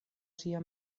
sia